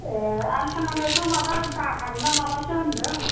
ए आं खोनानायाथ' माबा दाहाल ना माबासो होनदों